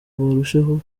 barusheho